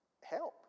help